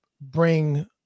bring